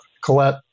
Colette